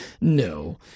no